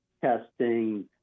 testing